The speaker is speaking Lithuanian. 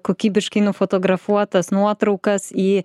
kokybiškai nufotografuotas nuotraukas į